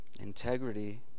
Integrity